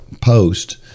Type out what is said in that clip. post